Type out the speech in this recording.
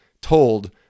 told